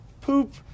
Poop